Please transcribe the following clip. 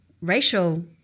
racial